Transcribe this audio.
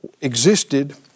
existed